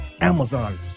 Amazon